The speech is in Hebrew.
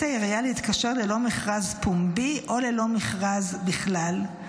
העיריה להתקשר ללא מכרז פומבי או ללא מכרז בכלל,